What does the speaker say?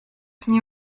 nie